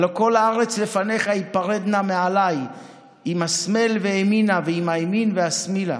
הלא כל הארץ לפניך הפרד נא מעלי אם השמאל ואימנה ואם הימין והשמאילה".